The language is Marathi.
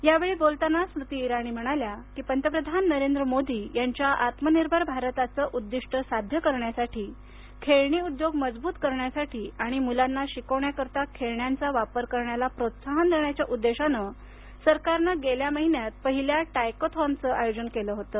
या वेळी बोलताना स्मृती इराणी म्हणाल्या पंतप्रधान नरेंद्र मोदी यांच्या आत्मनिर्भर भारताचं उद्दिष्ट साध्य करण्यासाठी खेळणी उदयोग मजबूत करण्यासाठी आणि मुलांना शिकवण्याकरता खेळण्यांचा वापर करण्याला प्रोत्साहन देण्याच्या उद्देशानं सरकारनं गेल्या महिन्यात पहिल्या टॉयकथॉनचं आयोजन केलं होतं